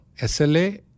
SLA